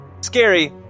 scary